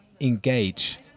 engage